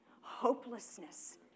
hopelessness